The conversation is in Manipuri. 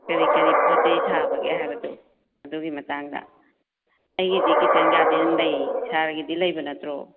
ꯀꯔꯤ ꯀꯔꯤ ꯄꯣꯠꯆꯩ ꯊꯥꯕꯒꯦ ꯍꯥꯏꯕꯗꯣ ꯑꯗꯨꯒꯤ ꯃꯇꯥꯡꯗ ꯑꯩꯒꯤꯗꯤ ꯀꯤꯠꯆꯟ ꯒꯥꯔꯗꯦꯟ ꯂꯩ ꯁꯥꯔꯒꯤꯗꯤ ꯂꯩꯕ ꯅꯠꯇ꯭ꯔꯣ